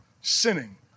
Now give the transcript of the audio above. sinning